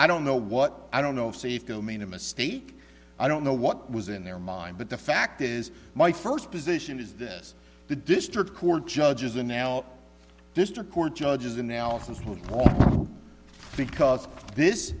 i don't know what i don't know if safeco made a mistake i don't know what was in their mind but the fact is my first position is this the district court judges are now district court judges analysis look because this